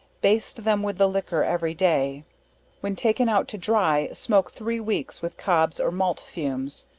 bast them with the liquor every day when taken out to dry, smoke three weeks with cobs or malt fumes.